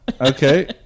Okay